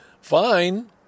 fine